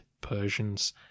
Persians